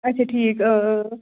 اچھا ٹھیٖک اۭں اۭں